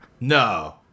No